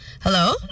Hello